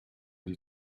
die